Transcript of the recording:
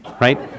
right